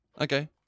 Okay